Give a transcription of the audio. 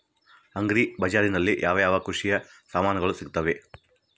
Agri ಬಜಾರಿನಲ್ಲಿ ಯಾವ ಯಾವ ಕೃಷಿಯ ಸಾಮಾನುಗಳು ಸಿಗುತ್ತವೆ?